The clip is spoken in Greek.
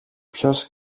ποιος